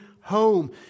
home